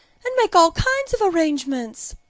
and make all kinds of arrangements.